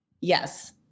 Yes